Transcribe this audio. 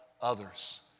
others